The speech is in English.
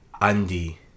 Andy